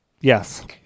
Yes